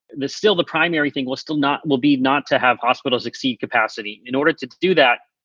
that's still the primary thing was still not will be not to have hospitals exceed capacity in order to do that.